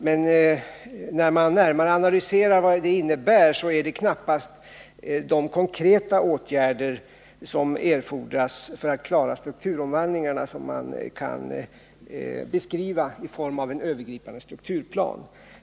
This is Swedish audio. Men när man närmare analyserar vad det innebär, är det knappast de konkreta åtgärder som erfordras för att klara strukturomvandlingarna som man kan beskriva i form av en övergripande strukturplan.